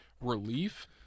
relief